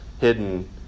hidden